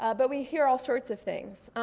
ah but we hear all sorts of things.